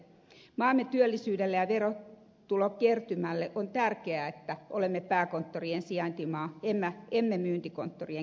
maamme työllisyyden ja verotulokertymän kannalta on tärkeää että olemme pääkonttorien sijaintimaa emme myyntikonttorien keskittymä